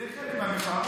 זה חלק מהמחאה.